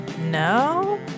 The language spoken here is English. No